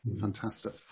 fantastic